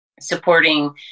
supporting